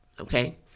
okay